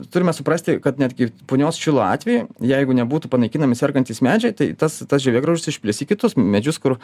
turime suprasti kad netgi punios šilo atveju jeigu nebūtų panaikinami sergantys medžiai tai tas tas žievėgraužis išplis į kitus medžius kur